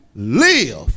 Live